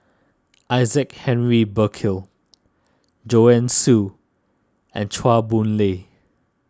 Isaac Henry Burkill Joanne Soo and Chua Boon Lay